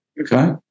Okay